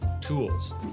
tools